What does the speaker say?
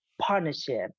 partnership